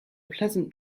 pleasant